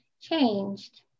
changed